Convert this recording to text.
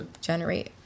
generate